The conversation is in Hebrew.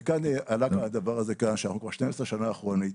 וכאן עלה הדבר הזה שאנחנו כבר 12 שנה אחורנית